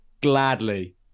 gladly